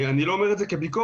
אני לא אומר את זה כביקורת,